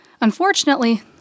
unfortunately